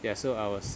ya so I was